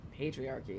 Patriarchy